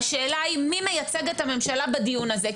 והשאלה היא מי מייצג את הממשלה בדיון הזה.